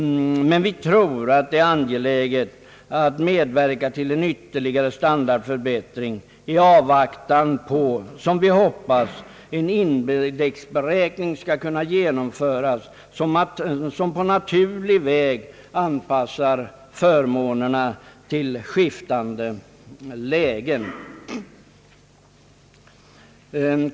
Men vi tror att det är angeläget att medverka till en ytterligare standardförbättring i avvaktan på, som vi hoppas, att en indexberäkning skall kunna genomföras som på naturlig väg anpassar förmånerna till skiftande lägen.